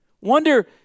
Wonder